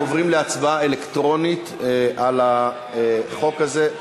אנחנו עוברים להצבעה אלקטרונית על החוק הזה.